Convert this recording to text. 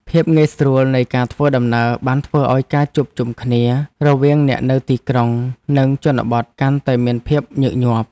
ភាពងាយស្រួលនៃការធ្វើដំណើរបានធ្វើឱ្យការជួបជុំគ្នារវាងអ្នកនៅទីក្រុង និងជនបទកាន់តែមានភាពញឹកញាប់។